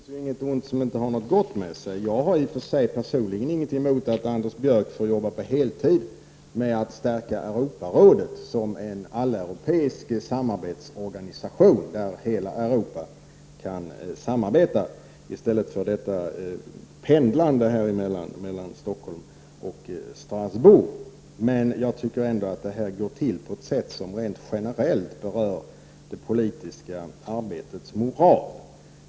Fru talman! Det finns ju inget ont som inte har något gott med sig. Jag har i och för sig personligen inget emot att Anders Björck får arbeta på heltid med att stärka Europarådet, som är en alleuropeisk samarbetsorganisation där hela Europa kan samarbeta i stället för detta pendlande mellan Stockholm och Strasbourg. Men jag tycker ändå att detta går till på ett sätt som generellt berör det politiska arbetets moral.